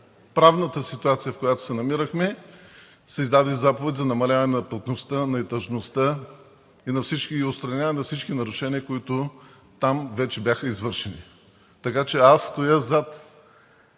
правната ситуация, в която се намирахме, се издаде заповед за намаляване на плътността, на етажността и отстраняване на всички нарушения, които там вече бяха извършени. Така че, аз стоя зад